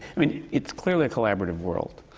i mean, it's clearly a collaborative world,